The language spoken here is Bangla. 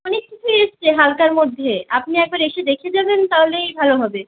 অনেক কিছুই এসেছে হালকার মধ্যে আপনি একবার এসে দেখে যাবেন তাহলেই ভালো হবে